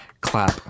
clap